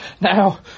Now